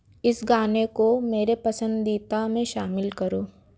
इस गाने को मेरे पसंदीदा में शामिल करो